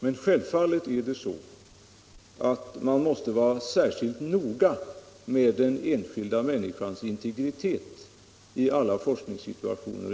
Men självfallet måste man i alla forskningssituationer vara mycket noga med och slå vakt om den enskilda människans integritet.